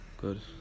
good